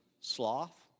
sloth